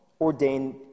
ordained